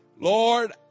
Lord